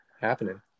happening